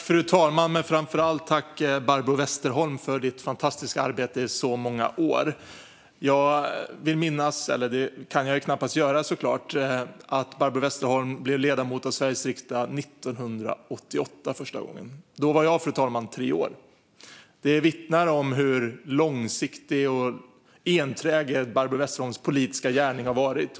Fru talman! Tack, Barbro Westerholm, för ditt fantastiska arbete under så många år! Jag vill minnas - eller det kan jag ju såklart knappast göra - att Barbro Westerholm blev ledamot av Sveriges riksdag 1988 första gången. Då var jag tre år, fru talman. Det vittnar om hur långsiktig och enträgen Barbro Westerholms politiska gärning har varit.